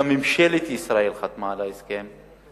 וממשלת ישראל חתמה על ההסכם,